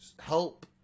help